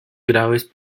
graves